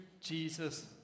Jesus